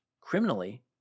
Criminally